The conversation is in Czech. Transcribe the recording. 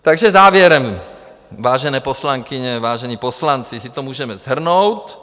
Takže závěrem, vážené poslankyně, vážení poslanci, si to můžeme shrnout.